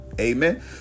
Amen